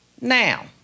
Now